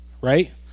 right